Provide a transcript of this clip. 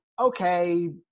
okay